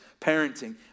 parenting